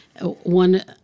one